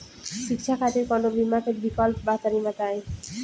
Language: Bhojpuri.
शिक्षा खातिर कौनो बीमा क विक्लप बा तनि बताई?